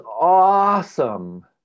awesome